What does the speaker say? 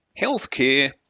healthcare